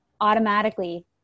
Automatically